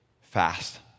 fast